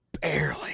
Barely